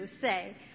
say